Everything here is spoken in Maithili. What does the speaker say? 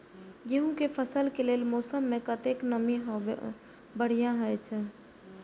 गेंहू के फसल के लेल मौसम में कतेक नमी हैब बढ़िया होए छै?